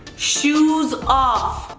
shoes off.